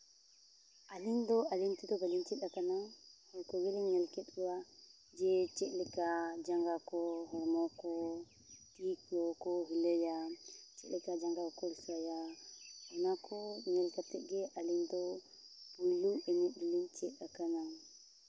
ᱟᱹᱞᱤᱧ ᱫᱚ ᱟᱹᱞᱤᱧ ᱛᱮᱫᱚ ᱵᱟᱹᱞᱤᱧ ᱪᱮᱫ ᱟᱠᱟᱱᱟ ᱦᱚᱲ ᱠᱚᱞᱤᱧ ᱧᱮᱞ ᱠᱮᱫ ᱠᱚᱣᱟ ᱡᱮ ᱪᱮᱫᱞᱮᱠᱟ ᱡᱟᱸᱜᱟ ᱠᱚ ᱦᱚᱲᱢᱚ ᱠᱚ ᱛᱤ ᱠᱚᱠᱚ ᱦᱩᱞᱞᱟᱹᱭᱟ ᱪᱮᱫᱞᱮᱠᱟ ᱡᱟᱸᱜᱟ ᱠᱚ ᱠᱚᱞᱥᱟᱭᱟ ᱚᱱᱟ ᱠᱚ ᱧᱮᱞ ᱠᱟᱛᱮ ᱜᱮ ᱟᱹᱞᱤᱧ ᱫᱚ ᱯᱩᱭᱞᱩ ᱮᱱᱮᱡ ᱞᱤᱧ ᱪᱮᱫ ᱟᱠᱟᱱᱟ